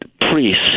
priests